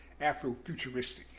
Afrofuturistic